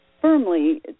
firmly